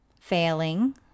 failing